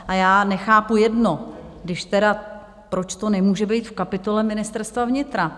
A já nechápu jedno, když tedy, proč to nemůže být v kapitole Ministerstva vnitra.